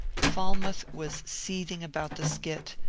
falmouth was seething about the skit,